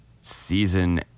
season